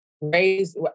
raised